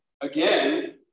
again